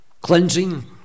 Cleansing